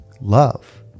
Love